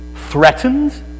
threatened